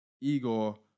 Igor